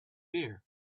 beer